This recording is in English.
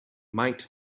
might